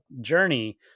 journey